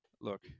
Look